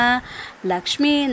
Lakshmi